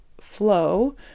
flow